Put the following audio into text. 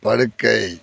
படுக்கை